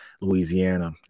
Louisiana